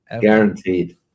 Guaranteed